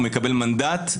הוא מקבל מנדט.